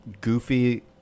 goofy